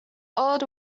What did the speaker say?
old